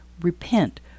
repent